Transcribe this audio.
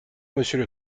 monsieur